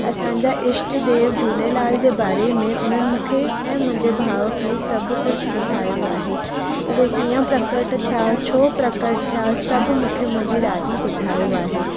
असांजा इष्टदेव झूलेलाल जे बारे में उन्हनि मूंखे ऐं मुंहिंजे भाउ खे सभु कुझु ॿुधायो आहे उहे कीअं प्रकट थिया छो प्रकट थिया सभु मूंखे मुंहिंजी ॾाॾी ॿुधायो आहे